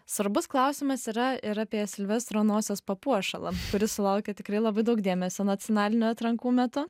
svarbus klausimas yra ir apie silvestro nosies papuošalą kuris sulaukė tikrai labai daug dėmesio nacionalinių atrankų metu